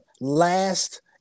last